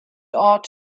ought